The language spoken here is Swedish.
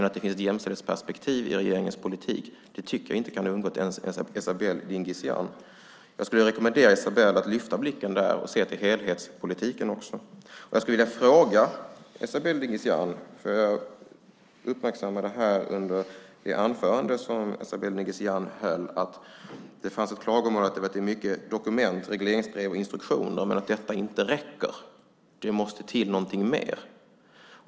Att det finns ett jämställdhetsperspektiv i regeringens politik kan inte ha undgått ens Esabelle Dingizian. Jag skulle rekommendera henne att lyfta blicken och se till helhetspolitiken också. Jag uppmärksammade under det anförande som Esabelle Dingizian höll att det fanns klagomål på att det var mycket dokument, regleringsbrev och instruktioner, men att detta inte räcker utan att det måste till någonting mer.